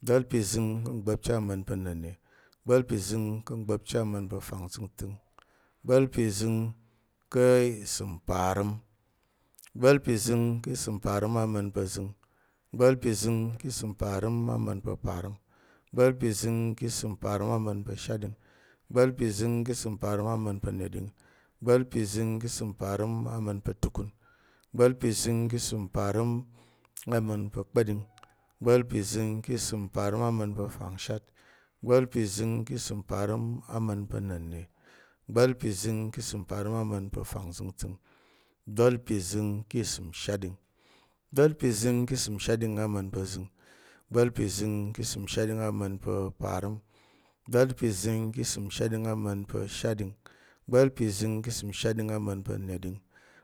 Igba̱l pi zəng ka̱ ngba̱pchi ama̱n pa̱ na̱nne, igba̱l pi zəng ka̱ ngba̱pchi ama̱n pa̱ fangzəngtəng, igba̱l pi zəng ka̱ isəm parəm, igba̱l pi zəng ki isəm parəm ama̱n pa̱ zəng, igba̱l pi zəng ki isəm parəm ama̱n pa̱ parəm, igba̱l pi zəng ki isəm parəm ama̱n pa̱ shatɗing, igba̱l pi zəng ki isəm parəm ama̱n pa̱ neɗing, igba̱l pi zəng ki isəm parəm ama̱n pa̱ tukun, igba̱l pi zəng ki isəm parəm ama̱n pa̱ kpa̱ɗing, igba̱l pi zəng ki isəm parəm ama̱n pa̱ fangshat, igba̱l pi zəng ki isəm parəm ama̱n pa̱ na̱nne, igba̱l pi zəng ki isəm parəm ama̱n pa̱ fangzəngtəng, igba̱l pi zəng ki isəm shatɗing, igba̱l pi zəng ki isəm shatɗing ama̱n pa̱ zəng, igba̱l pi zəng ki isəm shatɗing ama̱n pa̱ parəm, igba̱l pi zəng ki isəm shatɗing ama̱n pa̱ shatɗing, igba̱l pi zəng ki isəm shatɗing ama̱n pa̱ neɗing,